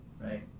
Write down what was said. right